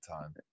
time